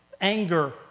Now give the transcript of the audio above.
Anger